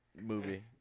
movie